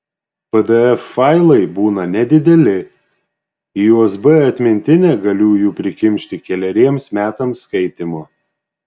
pdf failai būna nedideli į usb atmintinę galiu jų prikimšti keleriems metams skaitymo